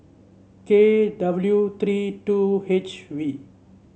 K W three two H V